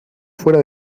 fuera